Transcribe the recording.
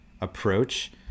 approach